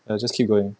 ya just keep going